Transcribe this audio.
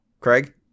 craig